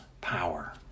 power